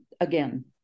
again